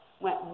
went